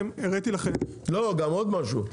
גם עוד משהו,